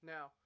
Now